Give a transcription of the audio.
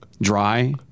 Dry